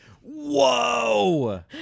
whoa